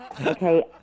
Okay